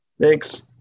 Thanks